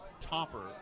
topper